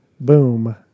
Boom